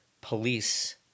police